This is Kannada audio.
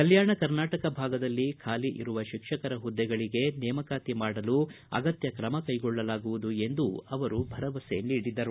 ಕಲ್ಗಾಣ ಕರ್ನಾಟಕ ಭಾಗಗಳಲ್ಲಿ ಖಾಲಿ ಇರುವ ಶಿಕ್ಷಕರ ಹುದ್ದೆಗಳಿಗೆ ನೇಮಕಾತಿ ಮಾಡಲು ಅಗತ್ಯ ಕ್ರಮ ಕೈಗೊಳ್ಳಲಾಗುವುದು ಎಂದು ಅವರು ಭರವಸೆ ನೀಡಿದರು